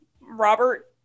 Robert